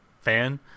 fan